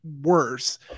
worse